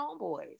homeboys